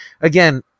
again